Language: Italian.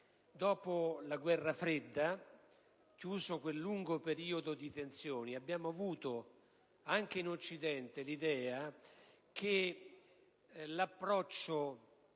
Dopo la Guerra fredda, chiuso quel lungo periodo di tensioni abbiamo avuto anche in Occidente l'illusione che l'approccio